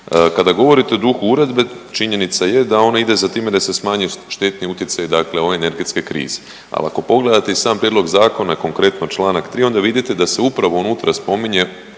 Kada govorite o duhu Uredbe činjenica je da ona ide za time da se smanji štetni utjecaj dakle ove energetske krize. Ali pogledate i sam Prijedlog zakona, konkretno članak 3. onda vidite da se upravo unutra spominje